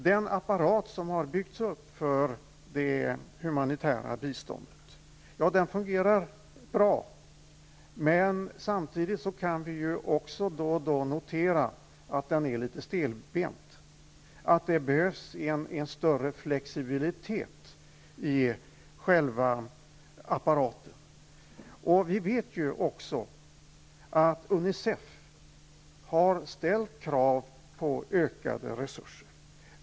Den apparat som har byggts upp för det humanitära biståndet fungerar bra. Samtidigt kan vi då och då notera att den är litet stelbent, att det behövs en större flexibilitet i själva apparaten. Vi vet också att Unicef har ställt krav på ökade resurser.